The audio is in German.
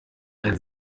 ein